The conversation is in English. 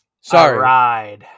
Sorry